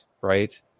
right